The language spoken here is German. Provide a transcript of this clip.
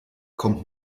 kommt